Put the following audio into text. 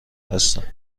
هستند